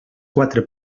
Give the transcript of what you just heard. quatre